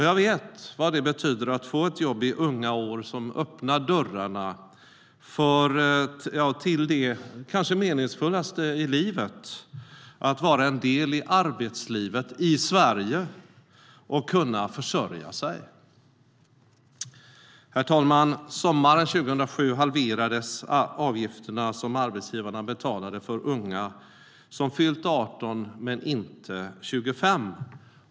Jag vet vad det betyder att få ett jobb i unga år som öppnar dörrarna till det kanske meningsfullaste i livet, nämligen att vara en del i arbetslivet i Sverige och att kunna försörja sig. Herr talman! Sommaren 2007 halverades avgifterna som arbetsgivarna betalade för unga som fyllt 18 men inte 25.